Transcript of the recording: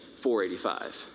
485